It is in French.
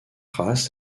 race